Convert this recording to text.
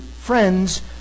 Friends